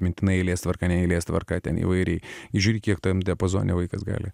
mintinai eilės tvarka eilės tvarka ten įvairiai žiūri kiek tam diapazone vaikas gali